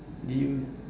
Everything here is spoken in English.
did you